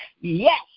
Yes